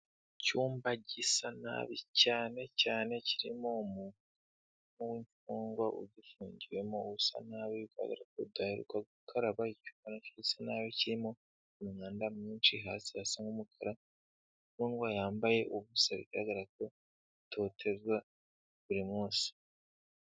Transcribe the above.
Icyumba gisa nabi cyane cyane, kirimo umuntu w'imfungwa ugifungiwemo usa nabi, bigaragara ko adaheruka ka gukaraba, icyumba gisa nabi kirimo imyanda myinshi, hasi hasa nk'umukara, infungwa yambaye ubusa bigaragara ko itotezwa buri munsi.